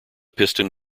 piston